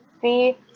see